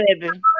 baby